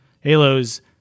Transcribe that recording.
Halo's